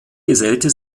gesellte